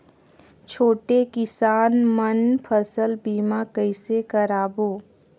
छोटे किसान मन फसल बीमा कइसे कराबो?